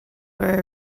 were